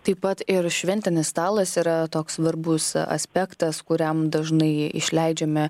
taip pat ir šventinis stalas yra toks svarbus aspektas kuriam dažnai išleidžiame